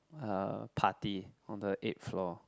uh party on the eight floor